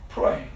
Pray